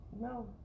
No